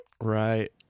Right